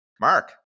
Mark